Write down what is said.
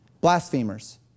blasphemers